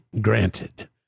granted